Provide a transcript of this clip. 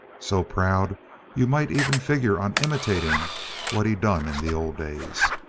so proud you might even figure on imitating what he done in the old days.